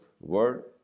word